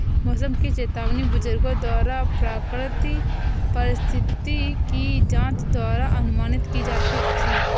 मौसम की चेतावनी बुजुर्गों द्वारा प्राकृतिक परिस्थिति की जांच द्वारा अनुमानित की जाती थी